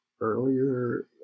earlier